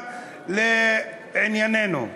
אבל לענייננו: